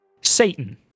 Satan